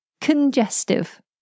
congestive